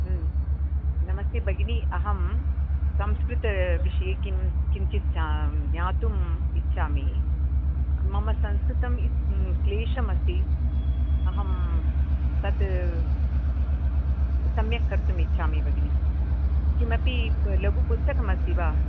नमस्ते भगिनि अहं संस्कृतविषये किं किञ्चित् ज्ञा ज्ञातुम् इच्छामि मम संस्कृतं क्लेशमस्ति अहं तत् सम्यक् कर्तुमिच्छामि भगिनि किमपि लघु पुस्तकमस्ति वा